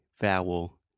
vowel